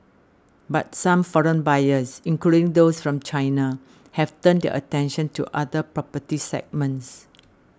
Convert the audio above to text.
but some foreign buyers including those from China have turned their attention to other property segments